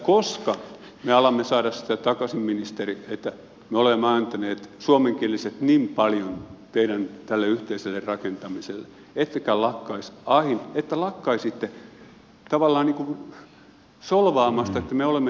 koska me alamme saada sitä takaisin ministeri kun me suomenkieliset olemme antaneet niin paljon tälle teidän yhteiselle rakentamiselle että lakkaisitte tavallaan solvaamasta että me olemme teitä vastaan